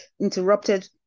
interrupted